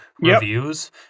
reviews